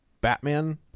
Batman